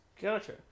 Gotcha